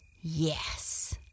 Yes